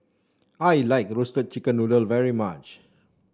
I like Roasted Chicken Noodle very much